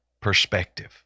perspective